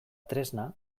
tresna